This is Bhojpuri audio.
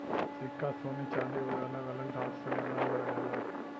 सिक्का सोने चांदी आउर अलग अलग धातु से बनल रहेला